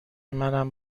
منم